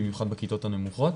במיוחד בכיתות הנמוכות,